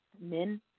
men